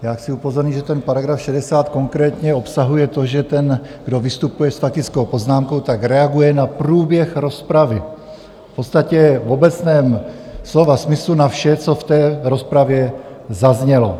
Já chci upozornit, že ten § 60 konkrétně obsahuje to, že ten, kdo vystupuje s faktickou poznámkou, tak reaguje na průběh rozpravy, v podstatě v obecném slova smyslu na vše, co v té rozpravě zaznělo.